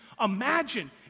Imagine